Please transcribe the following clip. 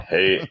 Hey